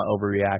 overreact